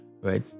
right